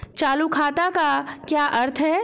चालू खाते का क्या अर्थ है?